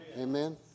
Amen